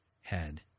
head